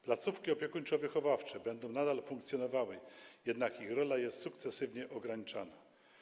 Placówki opiekuńczo-wychowawcze będą nadal funkcjonowały, jednak ich rola jest sukcesywnie ograniczana.